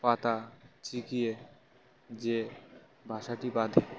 পাতা ছিকিয়ে যে বাসাটি বাঁধে